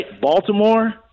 Baltimore